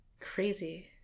Crazy